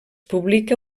publica